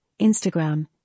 Instagram